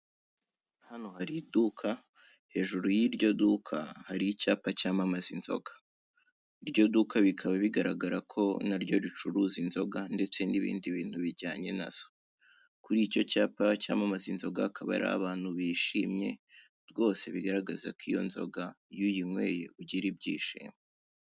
Hano hari iduka, hejuru y'iryo duka hari icyapa cyamamaza inzoga, iryo duka bikaba bigaragara ko naryo ricuruza inzoga, ndetse n'ibindi bitu bijyanye nazo, kuri icyo cyapa cyamamaza inzoga hakaba harimo abantu bishimye, rwose bikaba bigaragaza ko iyo nzoga iyo uyinyweye ugira ibyishimo.